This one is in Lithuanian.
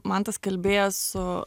mantas kalbėjęs su